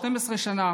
12 שנה,